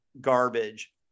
garbage